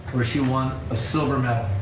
where she won a silver medal.